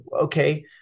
okay